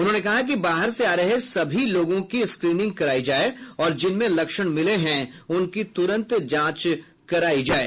उन्होंने कहा है कि बाहर से आ रहे सभी लोगों की स्क्रीनिंग करायी जाये और जिनमें लक्षण मिले हैं उनकी तुरंत जांच करायी जाये